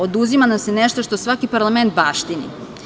Oduzima nam se nešto što svaki parlament baštini.